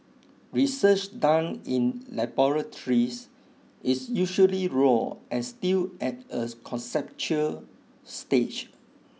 research done in laboratories is usually raw and still at a conceptual stage